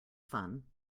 fun